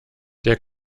der